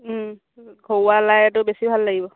ঘৰুৱা লাইটো বেছি ভাল লাগিব